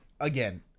again